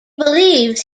believes